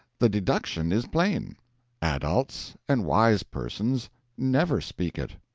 the deduction is plain adults and wise persons never speak it.